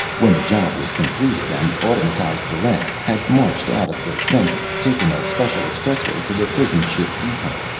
when the job was completed, an automatized barrent had marched out of the center, taken a special expressway to the prison ship depot,